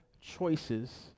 choices